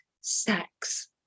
sex